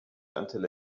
until